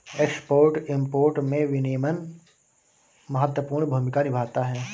export import में विनियमन महत्वपूर्ण भूमिका निभाता है